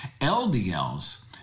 LDLs